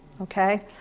Okay